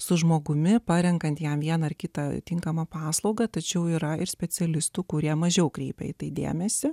su žmogumi parenkant jam vieną ar kitą tinkamą paslaugą tačiau yra ir specialistų kurie mažiau kreipia į tai dėmesį